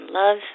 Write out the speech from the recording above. love